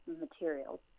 materials